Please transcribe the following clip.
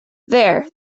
there